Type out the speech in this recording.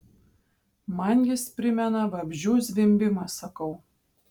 man jis primena vabzdžių zvimbimą sakau